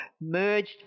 merged